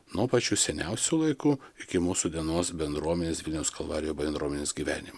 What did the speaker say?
nuo pačių seniausių laikų iki mūsų dienos bendruomenės vilniaus kalvarijų bendruomenės gyvenimo